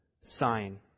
sign